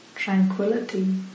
tranquility